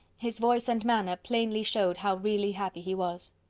his voice and manner plainly showed how really happy he was.